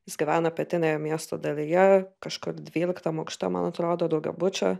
jis gyvena pietinėje miesto dalyje kažkur dvyliktam aukšte man atrodo daugiabučio